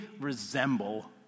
resemble